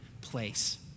place